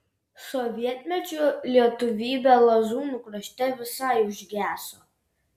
sovietmečiu lietuvybė lazūnų krašte visai užgeso